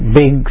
big